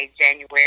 January